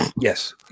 Yes